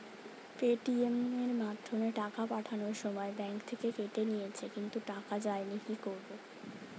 Paytm এর মাধ্যমে টাকা পাঠানোর সময় ব্যাংক থেকে কেটে নিয়েছে কিন্তু টাকা যায়নি কি করব?